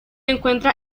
encuentra